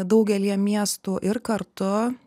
daugelyje miestų ir kartu